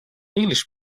english